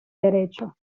derecho